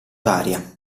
varia